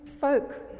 folk